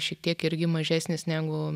šiek tiek irgi mažesnis negu